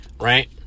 right